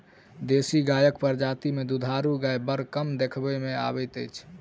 देशी गायक प्रजाति मे दूधारू गाय बड़ कम देखबा मे अबैत अछि